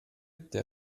der